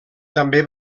també